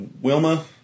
Wilma